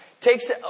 takes